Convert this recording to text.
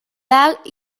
dalt